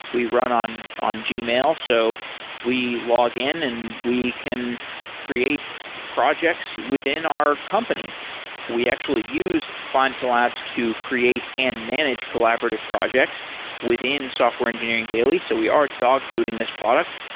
we run on on gmail, so we log in and we can create projects within our company we actually use findcollabs to create and manage collaborative projects within software engineering daily, so we are dogfooding this product.